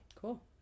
Cool